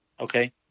okay